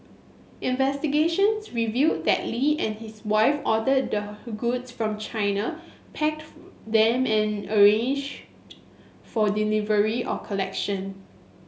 investigations revealed that Lee and his wife ordered the goods from China them and arranged for delivery or collection